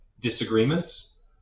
disagreements